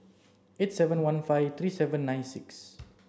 eight seven one five three seven nine six